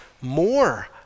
more